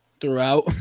throughout